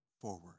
forward